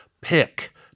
Pick